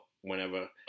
whenever